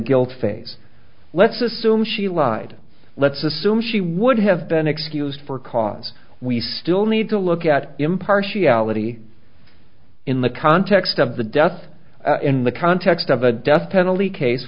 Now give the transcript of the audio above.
guilt phase let's assume she lied let's assume she would have been excused for cause we still need to look at impartiality in the context of the death in the context of a death penalty case